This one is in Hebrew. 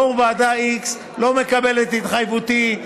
יו"ר ועדה x לא מקבל את התחייבותי,